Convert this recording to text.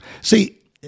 See